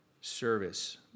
service